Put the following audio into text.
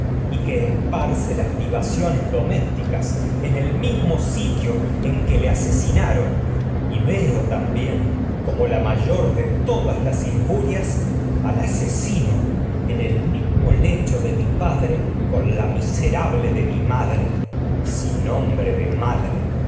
y que aquél que esparce que las domésticas veo en el mismo sitio en le asesinaron también tragedias de sófocles como la mayor de todas las injurias al asesino en el mismo lecho de mi padre con la miserable de mi madre de dar a la que con si nombre de madre